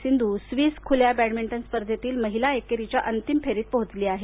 Sindhu Swiss खुल्या स्पर्धेतील महिला एकेरीच्या अंतिम फेरीत पोहोचली आहे